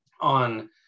on